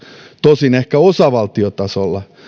tosin ehkä osavaltiotasolla